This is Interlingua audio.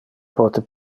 pote